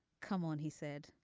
come on he said.